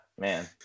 Man